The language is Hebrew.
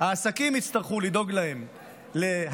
והעסקים יצטרכו לדאוג להבאתם,